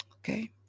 Okay